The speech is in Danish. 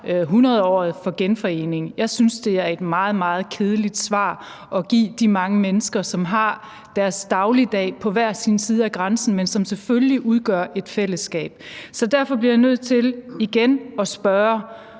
hundredåret for genforeningen. Jeg synes, det er et meget, meget kedeligt svar at give de mange mennesker, som har deres dagligdag på hver sin side af grænsen, men som selvfølgelig udgør et fællesskab. Derfor bliver jeg nødt til igen at spørge: